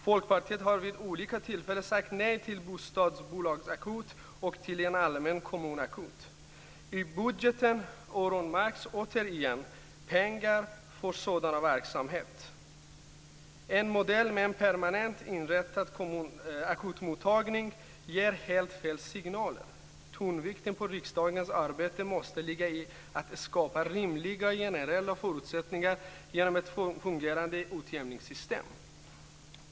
Folkpartiet har vid olika tillfällen sagt nej till bostadsbolagsakut och till en allmän kommunakut. I budgeten öronmärks återigen pengar för sådan verksamhet. En modell med en permanent inrättad akutmottagning ger helt fel signaler. Tonvikten på riksdagens arbete måste ligga i att skapa rimliga generella förutsättningar genom ett fungerande utjämningssystem.